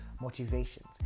motivations